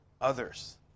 others